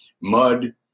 mud